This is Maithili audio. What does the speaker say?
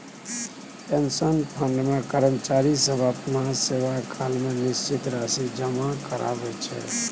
पेंशन फंड मे कर्मचारी सब अपना सेवाकाल मे निश्चित राशि जमा कराबै छै